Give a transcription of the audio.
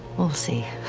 we'll see.